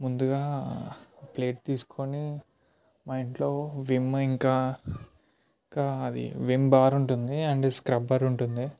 ముందుగా ప్లేట్ తీసుకోని మా ఇంట్లో విమ్ ఇంకా ఇంకా అది విమ్ బార్ ఉంటుంది అండ్ స్క్రబ్బర్ ఉంటుంది